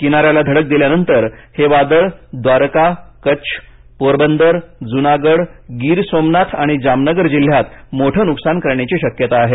किनाऱ्याला धडक दिल्यानंतर वादळ द्वारका कच्छ पोरबंदर जुनागड गीर सोमनाथ आणि जामनगर जिल्ह्यात मोठं नुकसान करण्याची शक्यता आहे